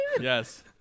Yes